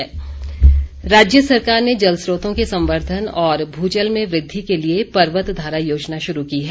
पर्वतधारा योजना राज्य सरकार ने जलस्रोतों के संवर्द्वन और भूजल में वृद्धि के लिए पर्वत धारा योजना शुरू की है